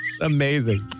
Amazing